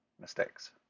mistakes